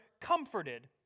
comforted